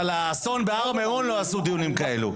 על האסון בהר מירון לא עשו דיונים כאלה.